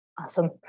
Awesome